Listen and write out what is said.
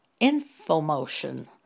infomotion